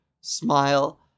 smile